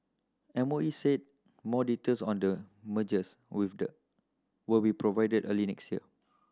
M O E said more details on the mergers with the will be provided early next year